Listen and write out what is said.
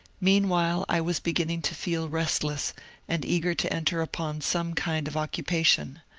meanwhile i was beginning to feel restless and eager to enter upon some kind of occupation.